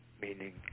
meaning